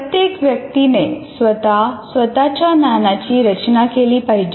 प्रत्येक व्यक्तीने स्वतः स्वतःच्या ज्ञानाची रचना केली पाहिजे